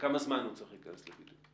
לכמה זמן הוא צריך להיכנס לבידוד?